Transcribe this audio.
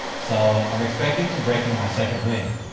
so i'm expecting to break into my second wind,